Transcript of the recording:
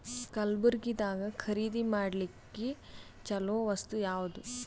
ಕಲಬುರ್ಗಿದಾಗ ಖರೀದಿ ಮಾಡ್ಲಿಕ್ಕಿ ಚಲೋ ವಸ್ತು ಯಾವಾದು?